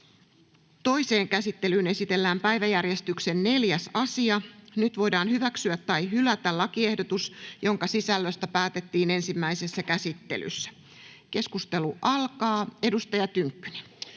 Toiseen käsittelyyn esitellään päiväjärjestyksen 4. asia. Nyt voidaan hyväksyä tai hylätä lakiehdotus, jonka sisällöstä päätettiin ensimmäisessä käsittelyssä. — Keskustelu alkaa. Edustaja Tynkkynen.